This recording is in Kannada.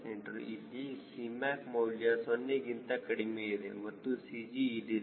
c ಇಲ್ಲಿ Cmac ಮೌಲ್ಯ 0 ಗಿಂತ ಕಡಿಮೆ ಇದೆ ಮತ್ತು CG ಇಲ್ಲಿದೆ